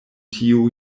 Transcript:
tiu